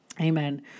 Amen